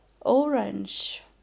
orange